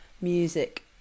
music